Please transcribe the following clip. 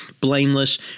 blameless